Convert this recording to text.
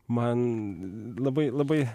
man labai labai